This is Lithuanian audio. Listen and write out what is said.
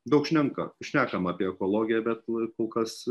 daug šneka šnekame apie ekologiją bet kol kas